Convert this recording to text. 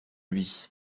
lui